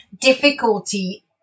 difficulty